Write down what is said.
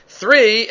three